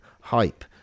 Hype